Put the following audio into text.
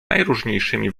najróżniejszymi